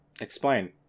Explain